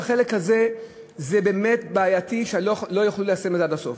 בחלק הזה זה באמת בעייתי ולא יכלו ליישם את זה עד הסוף.